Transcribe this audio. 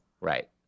Right